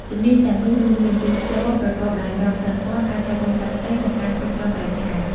ជំនាញទាំងនោះរួមមាន ទេសចរណ៍ប្រកបដោយក្រមសីលធម៌ ការថែទាំសត្វព្រៃ និងការគ្រប់គ្រងបរិស្ថាន។